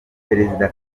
perezida